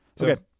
Okay